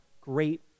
great